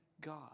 God